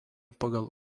pagal